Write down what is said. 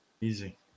Easy